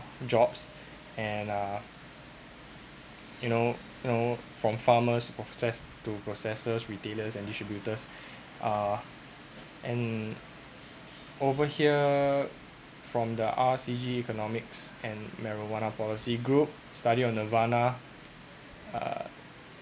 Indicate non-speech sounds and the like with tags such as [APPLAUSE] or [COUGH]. jobs [BREATH] and uh you know know from farmers process to processes retailers and distributors [BREATH] uh and over here from the R_C_G economics and marijuana policy group study on nirvana